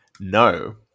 No